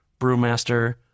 brewmaster